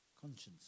conscience